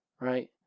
Right